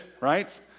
right